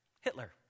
Hitler